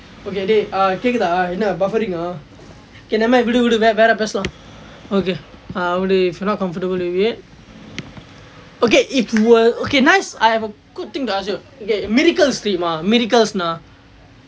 okay dey ah கேக்குதா என்ன:kaekkuthaa enna buffering ah okay never mind விடு விடு வேற வேற பேசலாம்:vidu vidu vera vera paeslaam okay ah I mean if you're not comfortable with it okay if were okay nice I have a good thing to ask you okay miracles தெறியும்மா:theriyummaa miracles நா:naa